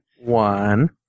One